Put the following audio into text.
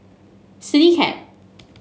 Citycab